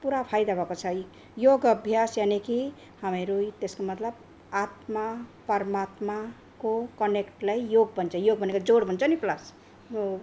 पुरा फाइदा भएको छ योग अभ्यास यानिकि हामीरू तेसको मतलप आत्मा परमात्माको कनेक्टलाई योग भन्छ योग भनेको जोड भन्छ नि प्लस